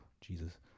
Jesus